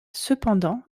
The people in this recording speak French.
cependant